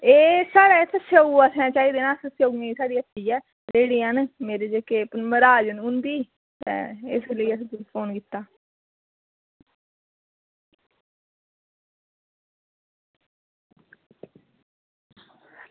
एह् असें स्यौ चाहिदे न एह् साढ़े इत्थें स्यौएं दी हट्टी ऐ ते मेरे जेह्के मरहाज न उंदी इस गल्ला असें तुसेंगी फोन कीता